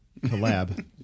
collab